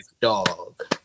dog